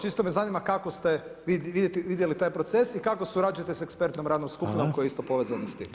Čisto me zanima kako ste vi vidjeli taj proces i kako surađujete sa ekspertnom radnom skupinom koja je isto povezana s tim.